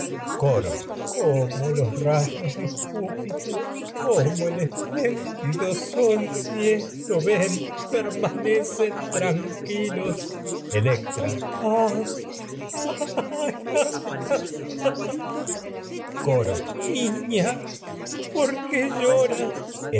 coro dido cómo los rayos de júpiter cómo el esplén sol si esto ven permanecen tranquilos electra ah ah ay ay coro niña por qué lloras